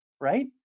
right